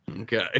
Okay